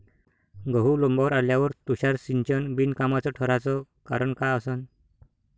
गहू लोम्बावर आल्यावर तुषार सिंचन बिनकामाचं ठराचं कारन का असन?